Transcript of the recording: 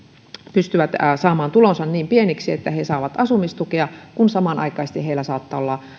pystyvät saamaan tulonsa niin pieniksi että he saavat asumistukea kun samanaikaisesti heillä saattaa olla